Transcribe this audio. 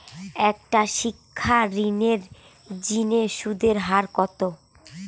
একটা শিক্ষা ঋণের জিনে সুদের হার কত?